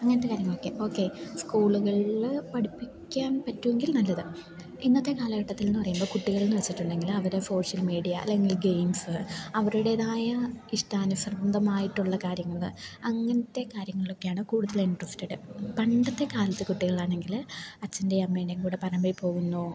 അങ്ങനത്തെ കാര്യങ്ങളൊക്കെ ഓക്കെ സ്കൂളുകളിൽ പഠിപ്പിക്കാൻ പറ്റുമെങ്കിൽ നല്ലത് ഇന്നത്തെ കാലഘട്ടത്തിൽ എന്ന് പറയുമ്പോൾ കുട്ടികളെന്നു വെച്ചിട്ടുണ്ടെങ്കിൽ അവിടെ സോഷ്യൽ മീഡിയ അല്ലെങ്കിൽ ഗെയിംസ് അവരുടേതായ ഇഷ്ടാനുസ്രബന്ധമായിട്ടുള്ള കാര്യങ്ങൾ അങ്ങനത്തെ കാര്യങ്ങളൊക്കെയാണ് കൂടുതൽ ഇൻട്രസ്റ്റഡ് പണ്ടത്തെ കാലത്ത് കുട്ടികളാണെങ്കിൽ അച്ഛൻ്റെയും അമ്മേൻ്റെയും കൂടെ പറമ്പിൽ പോകുന്നു